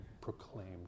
proclaimed